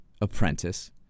Apprentice